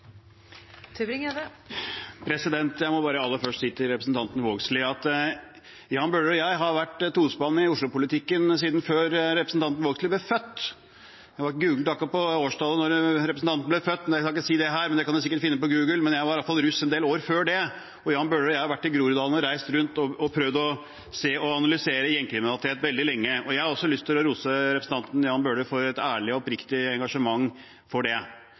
Jeg må bare aller først si til representanten Vågslid at Jan Bøhler og jeg har vært i tospann i Oslo-politikken siden før representanten Vågslid ble født. Jeg har akkurat googlet årstallet da representanten ble født – jeg skal ikke si det her, men det kan man finne på Google. Jeg var i hvert fall russ en del år før det, og Jan Bøhler og jeg har vært i Groruddalen og reist rundt og prøvd å se og analysere gjengkriminaliteten veldig lenge. Jeg har også lyst til å rose representanten Jan Bøhler for et ærlig og oppriktig engasjement for